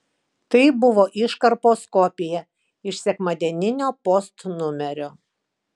tai buvo iškarpos kopija iš sekmadieninio post numerio